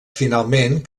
finalment